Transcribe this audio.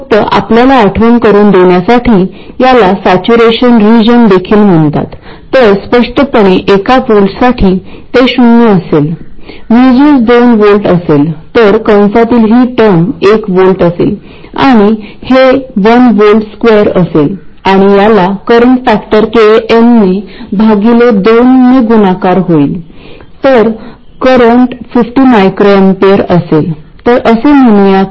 तर आपण आधीपासूनच gmसाठी एक्सप्रेशन तयार केले आहेते म्हणजे करंट फॅक्टर Kn गुणिले किंवा